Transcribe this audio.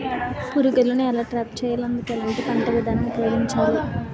పురుగులను ఎలా ట్రాప్ చేయాలి? అందుకు ఎలాంటి పంట విధానం ఉపయోగించాలీ?